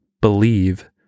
believe